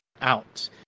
out